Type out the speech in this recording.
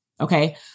Okay